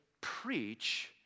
preach